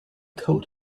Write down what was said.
coat